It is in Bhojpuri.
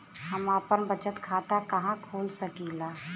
हम आपन बचत खाता कहा खोल सकीला?